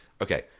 okay